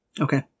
Okay